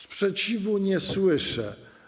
Sprzeciwu nie słyszę.